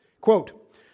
Quote